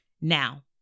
Now